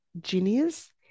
genius